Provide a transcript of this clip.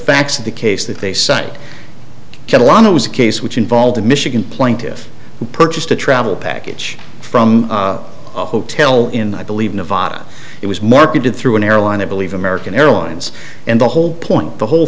facts of the case that they cite kettle on it was a case which involved the michigan plaintiffs who purchased a travel package from a hotel in i believe nevada it was marketed through an airline i believe american airlines and the whole point the whole